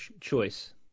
choice